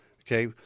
okay